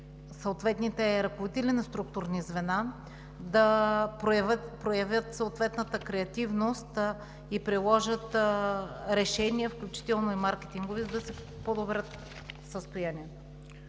съответните ръководители на структурни звена да проявят съответната креативност и да приложат решения, включително и маркетингови, за да си подобрят състоянието.